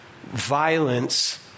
violence